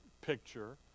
picture